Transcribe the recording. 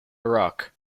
rock